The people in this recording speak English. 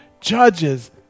judges